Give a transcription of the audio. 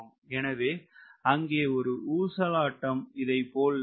எனவே அங்கே ஒரு ஊசலாட்டம் இதை போல் நடக்கும்